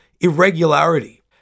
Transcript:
irregularity